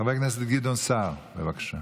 חבר הכנסת גדעון סער, בבקשה.